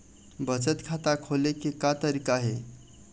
बचत खाता खोले के का तरीका हे?